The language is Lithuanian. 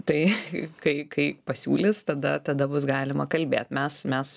tai kai kai pasiūlys tada tada bus galima kalbėt mes mes